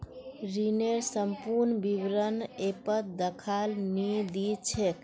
ऋनेर संपूर्ण विवरण ऐपत दखाल नी दी छेक